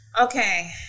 Okay